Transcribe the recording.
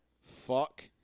fuck